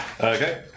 Okay